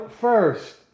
first